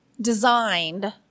designed